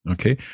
Okay